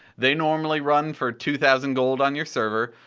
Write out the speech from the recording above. they normally run for two thousand gold on your server.